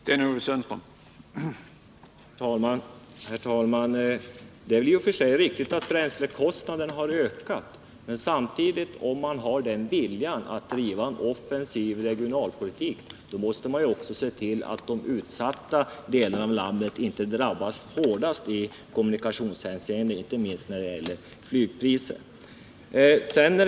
Herr talman! Det är i och för sig riktigt att bränslekostnaderna har ökat, men om man har viljan att driva en offensiv regionalpolitik måste man ju samtidigt se till att de mest utsatta delarna av landet inte drabbas hårdast i kommunikationshänseende, inte minst när det gäller flygpriserna.